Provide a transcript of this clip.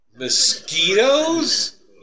Mosquitoes